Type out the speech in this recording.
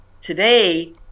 today